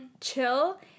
chill